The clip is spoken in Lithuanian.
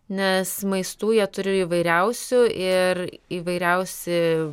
nes maistų jie turi įvairiausių ir įvairiausi